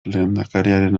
lehendakariaren